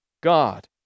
God